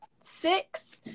six